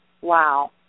wow